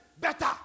better